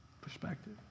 perspective